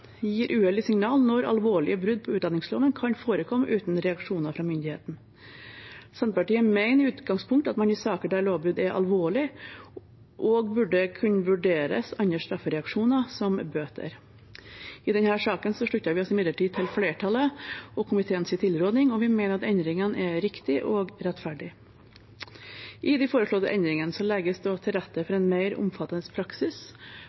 gir uheldige signaler når alvorlige brudd på utlendingsloven kan forekomme uten reaksjoner fra myndighetene. Senterpartiet mener i utgangspunktet at man i saker der lovbrudd er alvorlige, også burde kunne vurdere andre straffereaksjoner, som bøter. I denne saken slutter vi oss imidlertid til flertallet og komiteens tilrådning, og vi mener at endringene er riktige og rettferdige. I de foreslåtte endringene legges det også til rette for en mer omfattende praksis